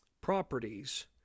properties